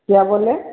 क्या बोले